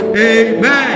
Amen